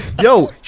yo